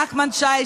נחמן שי,